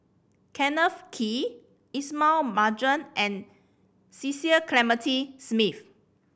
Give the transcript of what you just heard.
Kenneth Kee Ismail Marjan and Cecil Clementi Smith